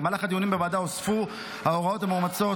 במהלך הדיונים בוועדה הוספו גם ההוראות המאומצות